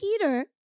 Peter